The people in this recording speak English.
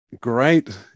Great